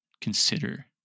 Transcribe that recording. Consider